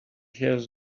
his